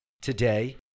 today